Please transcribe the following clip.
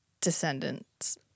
descendants